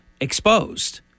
exposed